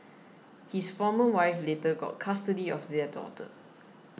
his former wife later got custody of their daughter